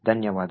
ಧನ್ಯವಾದ